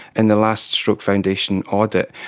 in the last stroke foundation audit,